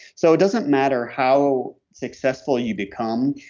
so it doesn't matter how successful you become.